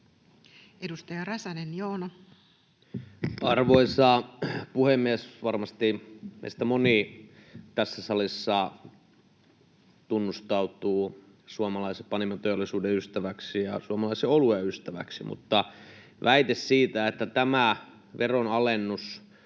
21:12 Content: Arvoisa puhemies! Varmasti meistä moni tässä salissa tunnustautuu suomalaisen panimoteollisuuden ystäväksi ja suomalaisen oluen ystäväksi, mutta väite siitä, että tämä veronalennus